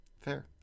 Fair